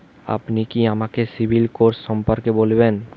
আপনি কি আমাকে সিবিল স্কোর সম্পর্কে বলবেন?